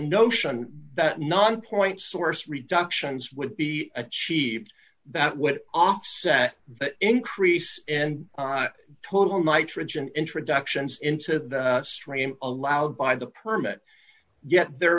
notion that non point source reductions would be achieved that what offset the increase and total nitrogen introductions into the stream allowed by the permit yet there